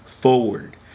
Forward